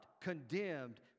condemned